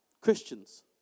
Christians